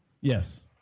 Yes